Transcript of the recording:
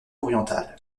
oriental